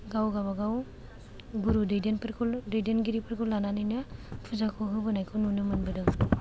गाव गावबागाव गुरु दैदेनफोरखौ दैदेनगिरिफोरखौ लानानैनो फुजाखौ होबोनायखौ नुनो मोनबोदों